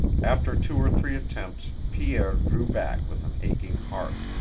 after two or three attempts pierre drew back with an aching heart.